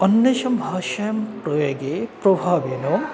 अन्यासां भाषाणां प्रयोगस्य प्रभावेन